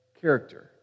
character